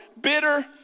bitter